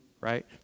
right